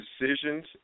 decisions